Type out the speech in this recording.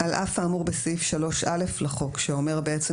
על אף האמור בסעיף 3(א) לחוק" שאומר בעצם